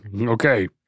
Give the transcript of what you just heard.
Okay